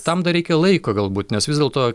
tam dar reikia laiko galbūt nes vis dėlto